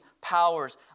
powers